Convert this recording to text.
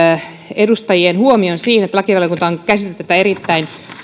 edustajien huomion siihen että lakivaliokunta on käsitellyt tätä erittäin